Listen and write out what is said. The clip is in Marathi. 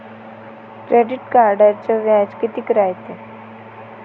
क्रेडिट कार्डचं व्याज कितीक रायते?